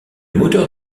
moteur